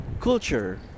culture